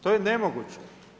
To je nemoguće!